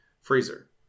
Freezer